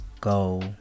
go